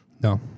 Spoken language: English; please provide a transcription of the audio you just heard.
No